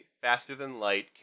faster-than-light